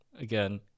again